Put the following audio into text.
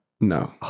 No